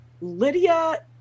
Lydia